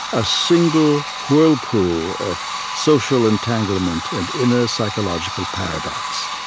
a single whirlpool of social entanglement and inner psychological paradox,